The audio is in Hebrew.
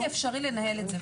בלתי אפשרי לנהל את זה.